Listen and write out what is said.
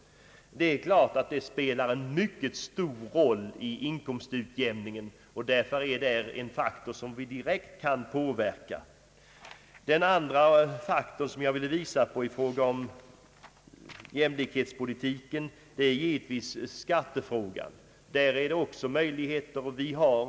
Dessa utgiftsökningar spelar självfallet en mycket stor roll när det gäller inkomstutjämningen, och detta är en faktor som vi direkt kan påverka. Den andra faktorn av betydelse för jämlikhetspolitiken är skattefrågan, och även här har vi möjligheter att påverka utvecklingen.